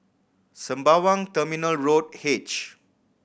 Sembawang Terminal Road H